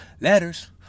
Letters